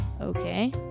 okay